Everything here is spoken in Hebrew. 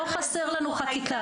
לא חסרה לנו חקיקה.